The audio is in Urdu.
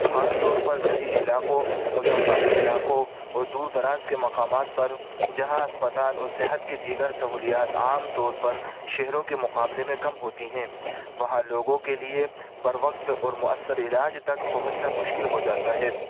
خاص طور پر دیہی علاقوں مضافاتی علاقوں اور دور دراز کے مقامات پر جہاں اسپتال اور صحت کی دیگر سہولیات عام طور پر شہروں کے مقابلے میں کم ہوتی ہیں وہاں لوگوں کے لیے بر وقت اور مؤثر علاج تک پہنچنا مشکل ہو جاتا ہے